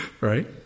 Right